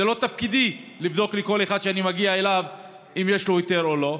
זה לא תפקידי לבדוק לכל אחד שאני מגיע אליו אם יש לו היתר או לא.